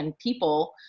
people